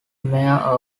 mare